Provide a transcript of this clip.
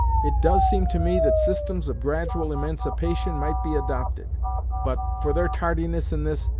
it does seem to me that systems of gradual emancipation might be adopted but, for their tardiness in this,